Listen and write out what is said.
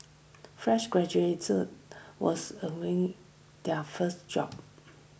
fresh graduates was their first job